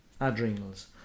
adrenals